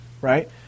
right